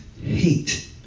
hate